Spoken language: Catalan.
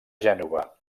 gènova